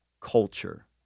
culture